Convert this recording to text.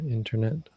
internet